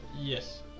Yes